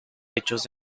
hechos